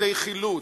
צוותי חילוץ,